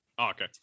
Okay